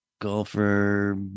Golfer